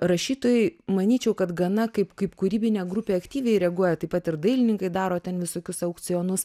rašytojai manyčiau kad gana kaip kaip kūrybinė grupė aktyviai reaguoja taip pat ir dailininkai daro ten visokius aukcionus